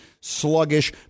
sluggish